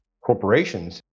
corporations